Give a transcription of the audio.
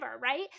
right